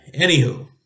Anywho